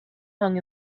hung